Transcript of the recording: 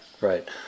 right